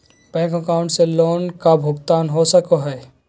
Bank account से loan का भुगतान हो सको हई?